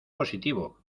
positivo